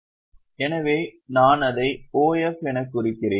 எனவே நான் அதைப் OF என குறிக்கிறேன்